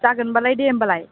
जागोनबालाय दे होम्बालाय